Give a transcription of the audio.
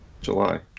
july